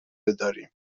بداریم